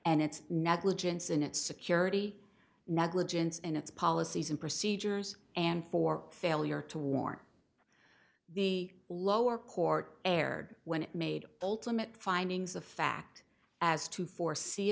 and its negligence in its security negligence in its policies and procedures and for failure to warn the lower court erred when it made the ultimate findings of fact as to foresee